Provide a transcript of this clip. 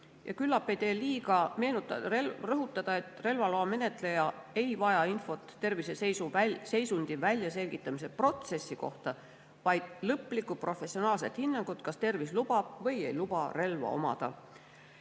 Küllap ei tee liiga rõhutada, et relvaloa menetleja ei vaja infot terviseseisundi väljaselgitamise protsessi kohta, vaid lõplikku professionaalset hinnangut, kas tervis lubab või ei luba relva omada.